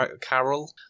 Carol